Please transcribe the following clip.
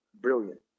brilliant